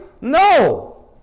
No